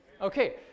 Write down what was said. Okay